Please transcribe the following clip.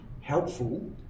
helpful